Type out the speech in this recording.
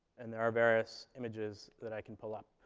and there are various images that i can pull up.